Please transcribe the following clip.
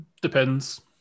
Depends